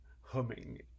humming